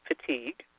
fatigue